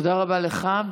תודה רבה לך.